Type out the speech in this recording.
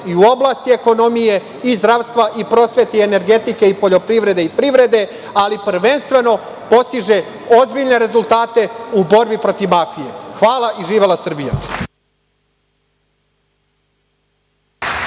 i u oblasti ekonomije, zdravstva, prosvete, energetike, poljoprivrede i privrede, ali prvenstveno postiže ozbiljne rezultate u borbi protiv mafije. Hvala i živela Srbija.